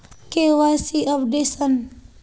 KYC updation?